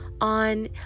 on